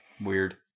Weird